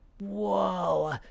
whoa